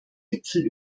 gipfel